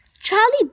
Charlie